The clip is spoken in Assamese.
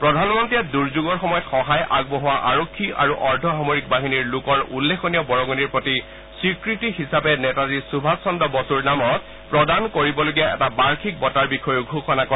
প্ৰধানমন্ত্ৰীয়ে দুৰ্যোগৰ সময়ত সহায় আগবঢ়োৱা আৰক্ষী আৰু অৰ্ধসামৰিক বাহিনীৰ লোকৰ উল্লেখনীয় বৰঙণিৰ প্ৰতি স্বীকৃতি হিচাপে নেতাজী সুভাষ চন্দ্ৰ বসুৰ নামত প্ৰদান কৰিবলগীয়া এটা বাৰ্ষিক বঁটাৰ বিষয়েও ঘোষণা কৰে